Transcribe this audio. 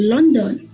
London